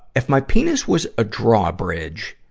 if my penis was a drawbridge,